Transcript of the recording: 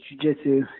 jiu-jitsu